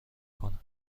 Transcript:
کنم